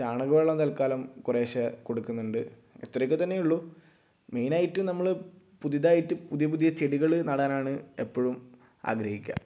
ചാണക വെള്ളം തൽകാലം കുറേശ്ശേ കൊടുക്കുന്നുണ്ട് അത്രയൊക്കെ തന്നെ ഉള്ളൂ മെയിൻ ആയിട്ട് നമ്മൾ പുതുതായിട്ട് പുതിയ പുതിയ ചെടികൾ നടാനാണ് എപ്പോഴും ആഗ്രഹിക്കുക